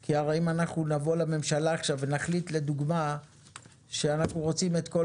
כי הרי אם אנחנו נבוא לממשלה עכשיו ונחליט לדוגמה שאנחנו רוצים את כל